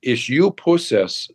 iš jų pusės